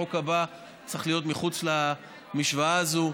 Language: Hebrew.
החוק הבא צריך להיות מחוץ למשוואה הזאת.